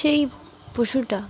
সেই পশুটা